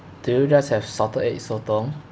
do you guys have salted egg sotong